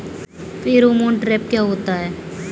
Pheromone trap क्या होता है?